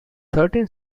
thirteen